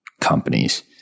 companies